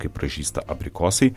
kaip pražysta abrikosai